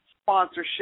sponsorship